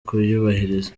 kuyubahiriza